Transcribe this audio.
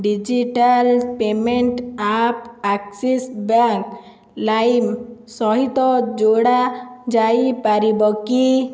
digital payment app Axis bank lime ସହିତ ଯୋଡ଼ା ଯାଇପାରିବ କି